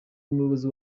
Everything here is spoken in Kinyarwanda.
umuyobozi